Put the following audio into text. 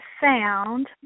found